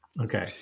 Okay